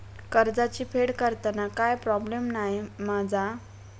कर्जाची फेड करताना काय प्रोब्लेम नाय मा जा?